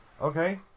okay